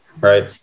right